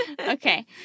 Okay